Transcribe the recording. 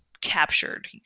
captured